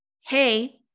Hey